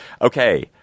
Okay